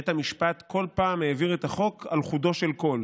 בית המשפט כל פעם העביר את החוק על חודו של קול,